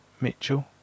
Mitchell